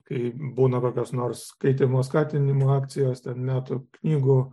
kai būna kokios nors skaitymo skatinimo akcijos metų knygų